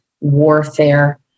warfare